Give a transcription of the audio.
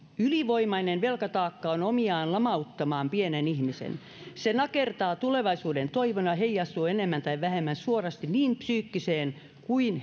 ylivoimainen velkataakka on omiaan lamauttamaan pienen ihmisen se nakertaa tulevaisuudentoivon ja ja heijastuu enemmän tai vähemmän suorasti niin psyykkiseen kuin